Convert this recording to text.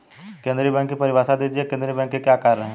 केंद्रीय बैंक की परिभाषा दीजिए केंद्रीय बैंक के क्या कार्य हैं?